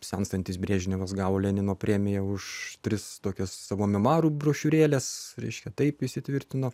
senstantis brežnevas gavo lenino premiją už tris tokias savo memuarų brošiūrėles reiškia taip įsitvirtino